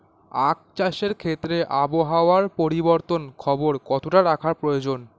আখ চাষের ক্ষেত্রে আবহাওয়ার পরিবর্তনের খবর কতটা রাখা প্রয়োজন?